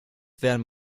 werden